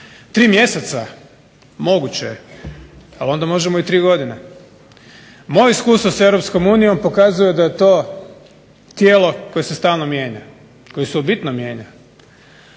3 mjeseca? Moguće je, ali onda možemo i 3 godine. Moja iskustva sa Europskom unijom pokazuje da je to tijelo koje se stalno mijenja, koje se u bitno mijenja,